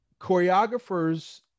Choreographers